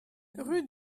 rue